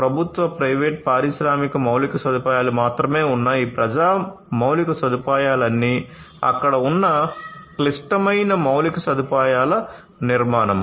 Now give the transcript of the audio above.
ప్రభుత్వ ప్రైవేటు పరిశ్రమ మౌలిక సదుపాయాలు మాత్రమే ఉన్న ఈ ప్రజా మౌలిక సదుపాయాలన్నీ అక్కడ ఉన్న క్లిష్టమైన మౌళిక సదుపాయాల నిర్మాణము